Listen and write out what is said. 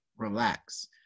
relax